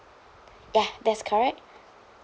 ya that's correct